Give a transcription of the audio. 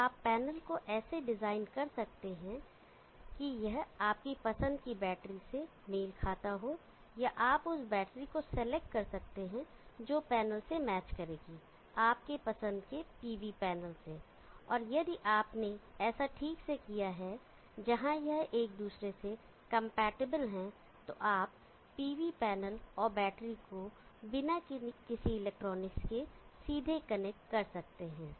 तो आप पैनल को ऐसे डिजाइन कर सकते हैं कि यह आपकी पसंद की बैटरी से मेल खाता हो या आप उस बैटरी को सेलेक्ट कर सकते हैं जो पैनल से मैच करेगी आपके पसंद के pv पैनल से और यदि आपने ऐसा ठीक से किया है जहां यह एक दूसरे से कंपैटिबल हैं तो आप pv पैनल और बैटरी को बिना किसी इलेक्ट्रॉनिक्स के सीधे कनेक्ट कर सकते हैं